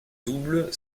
double